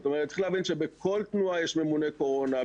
צריך להבין שבכל תנועה יש ממונה קורונה,